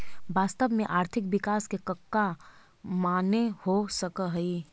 वास्तव में आर्थिक विकास के कका माने हो सकऽ हइ?